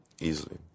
Easily